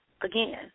again